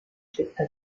fetta